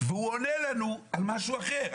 והוא עונה לנו על משהו אחר.